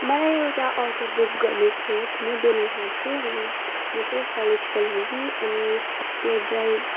मलाई एउटा auto book गर्नु थियो म दिल्लीमा छु अनि म चाहिँ कलेजको लागि अनि त्यो ड्राइभ